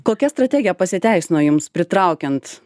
kokia strategija pasiteisino jums pritraukiant